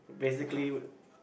basically